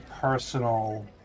personal